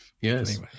Yes